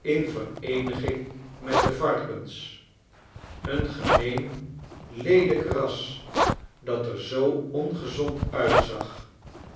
in vereeniging met de varkens een gemeen leelijk ras dat er zoo ongezond uitzag